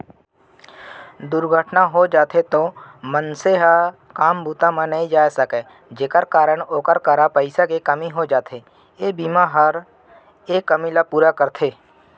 दुरघटना हो जाथे तौ मनसे ह काम बूता म नइ जाय सकय जेकर कारन ओकर करा पइसा के कमी हो जाथे, ए बीमा हर ए कमी ल पूरा करथे